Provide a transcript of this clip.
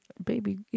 Baby